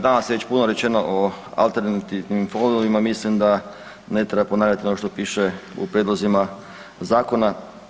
Danas je već puno rečeno o alternativnim fondovima, mislim da ne treba ponavljati ono što piše u prijedlozima zakona.